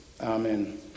Amen